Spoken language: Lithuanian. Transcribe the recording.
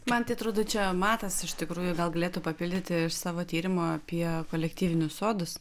man tai atrodo čia matas iš tikrųjų gal galėtų papildyti iš savo tyrimo apie kolektyvinius sodus